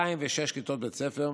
206 כיתות בית ספר,